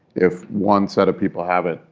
if one set of people have it,